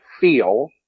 feel